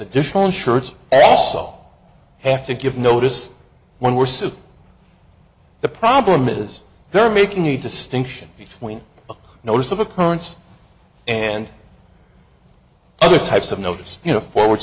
additional insurance all saw have to give notice when we're so the problem is they're making a distinction between a notice of occurrence and other types of notice you know forward